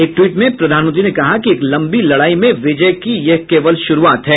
एक ट्वीट में प्रधानमंत्री ने कहा कि एक लम्बी लड़ाई में विजय की यह केवल शुरूआत है